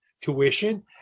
tuition